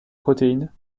protéine